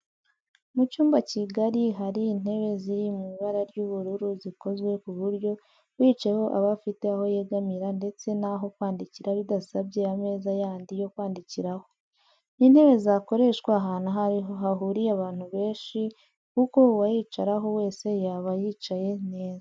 Mu cyumba kigari hari intebe ziri mu ibara ry'ubururu zikozwe ku buryo uyicayeho aba afite aho yegamira ndetse n'aho kwandikira bidasabye ameza yandi yo kwandikiraho. Ni intebe zakoreshwa ahantu hahuriye abantu benshi kuko uwayicaraho wese yaba yicaye neza